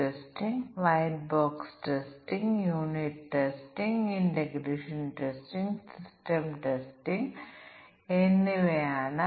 ഉദാഹരണത്തിന് ഒരു പുസ്തകം പുറപ്പെടുവിക്കുകയും തുടർന്ന് പുസ്തകത്തിന്റെ പെരുമാറ്റം ഇതിനകം പുറപ്പെടുവിച്ച ഇഷ്യു നടപടിക്രമമാണ് തുടർന്ന് ഞങ്ങൾക്ക് പുസ്തക പ്രശ്നം ഉണ്ടാകും പുസ്തക പ്രശ്നത്തിന്റെ പെരുമാറ്റം വ്യത്യസ്തമായിരിക്കും